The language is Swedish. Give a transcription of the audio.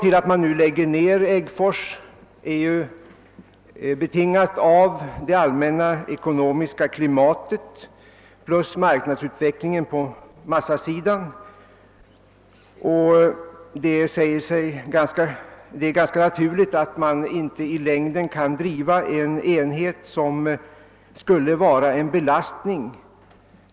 Till orsakerna att Äggfors trämassefabrik nu nedläggs hör det allmänna ekonomiska klimatet och marknadsutvecklingen på massaområdet. Det är ganska naturligt att man inte i längden kan driva en enhet som inte visar lönsamhet och därför skulle utgöra en belastning.